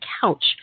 couch